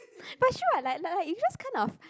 but true what like like like you just kind of